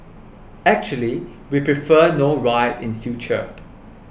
actually we prefer no riot in future